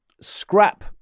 scrap